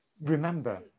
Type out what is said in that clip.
Remember